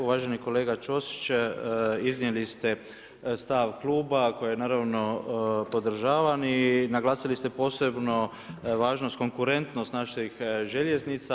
Uvaženi kolega Ćosić iznijeli ste stav kluba koji naravno podržavam i naglasili ste posebno važnost konkurentnost naših željeznica.